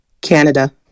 canada